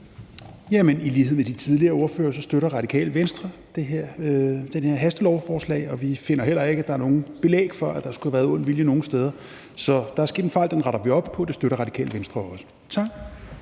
(RV): I lighed med de tidligere ordførere støtter Radikale Venstre det her hastelovforslag, og vi finder heller ikke, at der er noget belæg for, at der skulle have været ond vilje nogen steder. Så der er sket en fejl, den retter vi op på, og det støtter Radikale Venstre også. Tak.